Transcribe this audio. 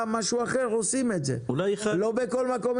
לא לתת לקבלן.